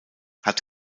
hat